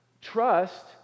Trust